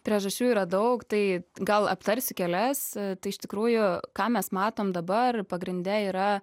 priežasčių yra daug tai gal aptarsiu kelias tai iš tikrųjų ką mes matom dabar pagrinde yra